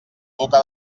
boca